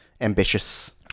ambitious